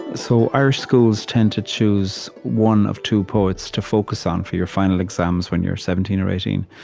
and so irish schools tend to choose one of two poets to focus on for your final exams when you're seventeen or eighteen,